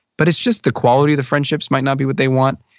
but it's just the quality of the friendships might not be what they want.